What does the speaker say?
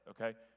okay